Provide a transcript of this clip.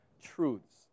truths